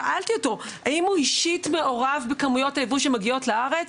שאלתי אותו האם הוא אישית מעורב בכמויות הייבוא שמגיעות לארץ,